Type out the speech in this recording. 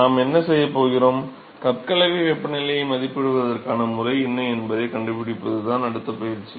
நாம் என்ன செய்யப் போகிறோம் கப் கலவை வெப்பநிலையை மதிப்பிடுவதற்கான முறை என்ன என்பதைக் கண்டுபிடிப்பதுதான் அடுத்த பயிற்சி